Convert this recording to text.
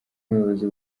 umuyobozi